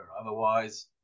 Otherwise